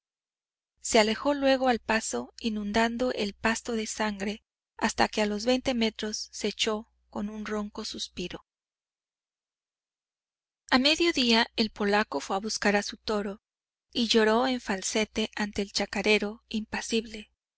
se alejó luego al paso inundando el pasto de sangre hasta que a los veinte metros se echó con un ronco suspiro a mediodía el polaco fué a buscar a su toro y lloró en falsete ante el chacarero impasible